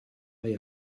they